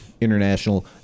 international